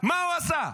מה הוא עשה?